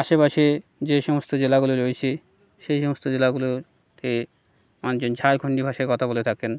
আশেপাশে যে সমস্ত জেলাগুলো রয়েছে সেই সমস্ত জেলাগুলোতে মানজন ঝাড়খন্ডী ভাষায় কথা বলে থাকেন